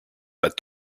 pas